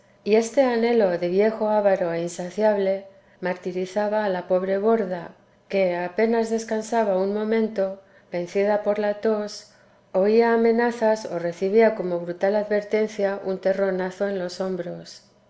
y este anhelo de viejo avaro e insaciable martirizaba a la pobre borda que apenas descansaba un momento vencida por la tos oía amenazas o recibía como brutal advertencia un terronazo en los hombros las